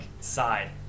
side